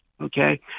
Okay